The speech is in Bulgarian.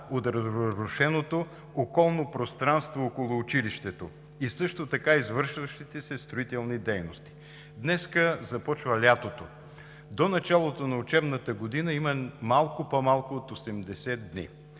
от разрушеното околно пространство около училището и също така извършващите се строителни дейности. Днес започва лятото, до началото на учебната година има малко по-малко от 80 дни.